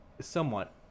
somewhat